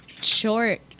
short